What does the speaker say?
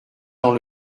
dans